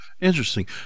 interesting